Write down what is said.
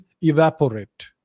evaporate